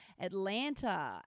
Atlanta